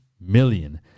million